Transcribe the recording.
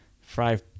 five